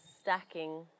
stacking